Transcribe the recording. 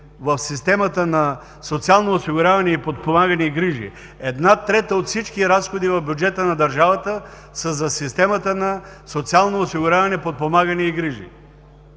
в системата на социално осигуряване, подпомагане и грижи, една трета от всички разходи в бюджета на държавата са за системата на социално осигуряване, подпомагане и грижи.